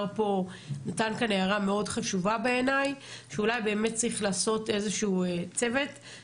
לבוא ולעשות איזשהו דיווח לוועדה,